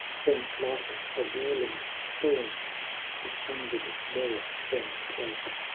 then like a whirling storm he thundered more than spoke